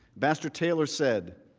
ambassador taylor said,